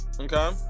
Okay